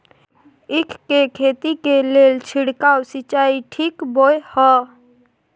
ईख के खेती के लेल छिरकाव सिंचाई ठीक बोय ह?